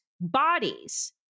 bodies